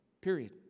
Period